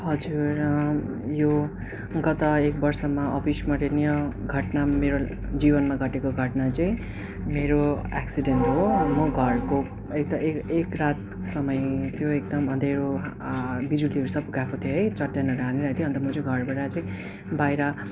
हजुर यो गत एक बर्षमा अविस्मरणीय घटना मेरो जीवनमा घटेको घटना चाहिँ मेरो एक्सिडेन्ट हो म घरको यता ए ए एक रात समय त्यो एकदम अँध्यारो बिजुलीहरू सब गएको थियो है चट्याङहरू हानिरहेको थियो अन्त म चाहिँ घरबाट चाहिँ बाहिर